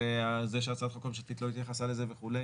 וזה שהצעת החוק הממשלתית לא התייחסה לזה וכו'.